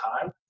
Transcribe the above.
time